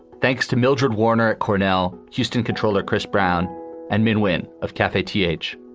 thanks to mildred warner at cornell houston, comptroller chris brown and midwin of cafe t h.